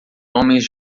homens